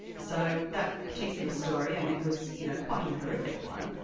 so that particular story, and it was you know quite an horrific one,